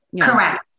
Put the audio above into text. Correct